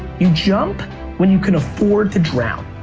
you jump when you can afford to drown.